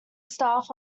staff